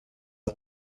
att